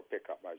pickup